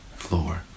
floor